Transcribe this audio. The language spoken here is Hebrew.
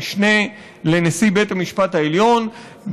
המשנה לנשיא בית המשפט העליון,